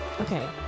okay